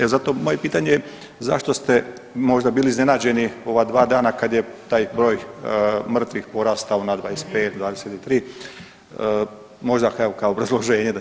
E zato moje pitanje je zašto ste možda bili iznenađeni ova 2 dana kad je taj broj mrtvih porastao na 25, 23, možda evo, kao obrazloženje.